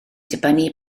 dibynnu